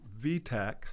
VTAC